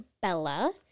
Bella